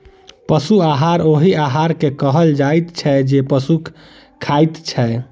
पशु आहार ओहि आहार के कहल जाइत छै जे पशु खाइत छै